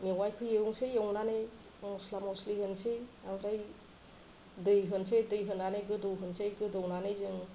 मेवाइखौ एवनोसै एवनानै मस्ला मस्लि होनानै दै होनोसै दै होनानै गोदौहोनोसै गोदौहोनानै जों